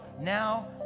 now